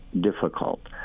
difficult